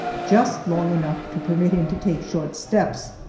just long enough to permit him to take short steps,